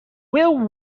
will